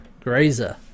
grazer